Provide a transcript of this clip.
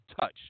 touch